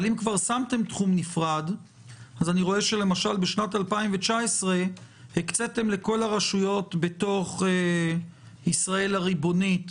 אני רואה שבשנת 2019 הקציתם לכל הרשויות בתוך ישראל הריבונית